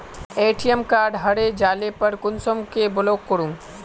ATM card हरे जाले पर कुंसम के ब्लॉक करूम?